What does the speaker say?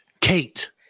Kate